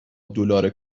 دلار